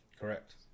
Correct